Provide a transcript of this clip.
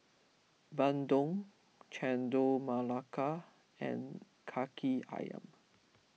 Bandung Chendol Melaka and Kaki Ayam